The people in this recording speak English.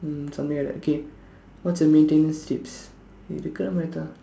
mm something like that okay what's your maintenance tips இருக்குற மாதிரிதான்:irukkura maathirithaan